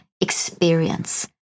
experience